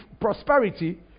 prosperity